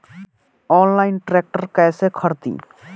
Online tractor कैसे खरदी?